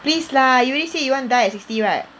please lah you already say you want die at sixty right